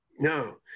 No